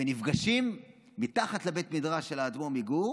ונפגשים מתחת לבית המדרש של האדמו"ר מגור,